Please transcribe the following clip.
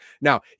Now